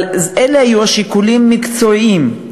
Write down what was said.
אבל אלה היו שיקולים מקצועיים,